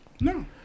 No